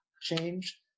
change